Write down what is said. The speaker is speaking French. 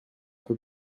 peu